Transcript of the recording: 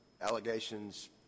allegations